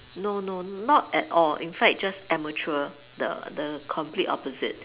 no no not at all in fact just amateur the the complete opposite